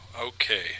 Okay